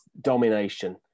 domination